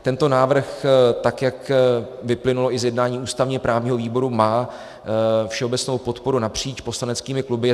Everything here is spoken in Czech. Tento návrh, tak jak vyplynulo i z jednání ústavněprávního výboru, má všeobecnou podporu napříč poslaneckými kluby.